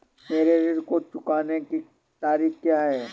मेरे ऋण को चुकाने की तारीख़ क्या है?